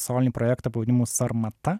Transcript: solinį projektą pavadinimu sarmata